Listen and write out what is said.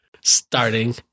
Starting